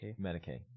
Medicaid